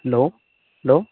hello hello